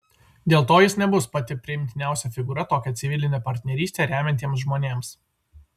dėl to jis nebus pati priimtiniausia figūra tokią civilinę partnerystę remiantiems žmonėms